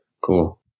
Cool